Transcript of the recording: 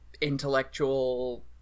intellectual